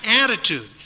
attitude